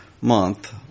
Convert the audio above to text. month